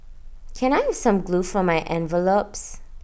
can I have some glue for my envelopes